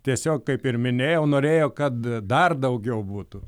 tiesiog kaip ir minėjau norėjo kad dar daugiau butų